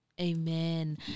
Amen